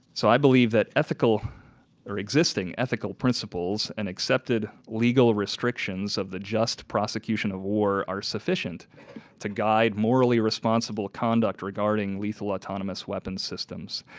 so i believe ethical or existing ethical principles and accepted legal restrictions of the just prosecution of war are sufficient to guide morally responsible conduct regarding legal autonomous weapons systems.